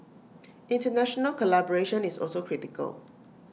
International collaboration is also critical